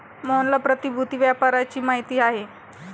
मोहनला प्रतिभूति व्यापाराची माहिती आहे